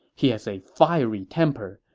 he has a fiery temper.